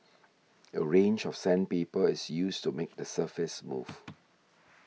a range of sandpaper is used to make the surface smooth